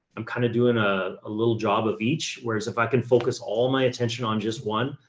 i'm kind of doing a ah little job of each. whereas if i can focus all my attention on just one,